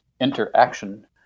interaction